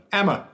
Emma